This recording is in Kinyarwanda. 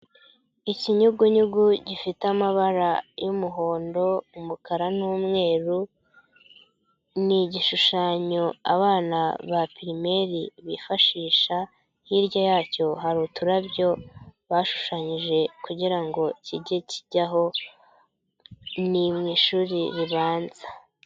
Ikinyugunyugu gifite amabara y'umuhondo, umukara n'umweru, ni igishushanyo abana ba pirimeri bifashisha, hirya yacyo hari uturabyo bashushanyije kugira ngo kijye kijyaho, ni mu ishuri ribanza.